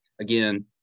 again